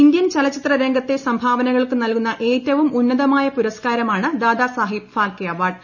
Indian ചലച്ചിത്ര രംഗത്തെ സംഭാവനകൾക്ക് നൽകുന്ന ഏറ്റവും ഉന്നതമായ പുരസ്കാരമാണ് ദാദാസാഹേബ് ഫാൽക്കെ അവാർഡ്